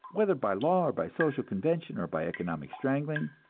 whether by law, or by social convention, or by economic strangling,